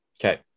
okay